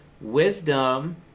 Wisdom